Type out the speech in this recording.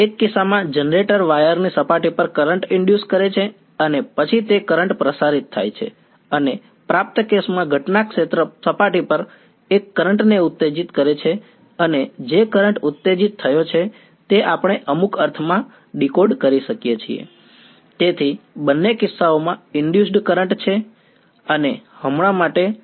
એક કિસ્સામાં generator wire ની સપાટી પર કરંટ ઇનડયુસડ્ કરે છે અને પછી તે કરંટ પ્રસારિત થાય છે અને પ્રાપ્ત કેસમાં ઘટના ક્ષેત્ર સપાટી પર એક કરંટ ને ઉત્તેજિત કરે છે અને જે કરંટ ઉત્તેજિત થયો છે તે આપણે અમુક અર્થમાં ડીકોડ વિચારો